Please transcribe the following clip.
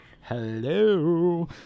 hello